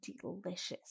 delicious